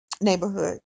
neighborhood